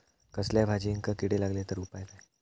कसल्याय भाजायेंका किडे लागले तर उपाय काय?